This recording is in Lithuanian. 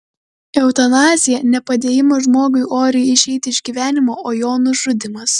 eutanazija ne padėjimas žmogui oriai išeiti iš gyvenimo o jo nužudymas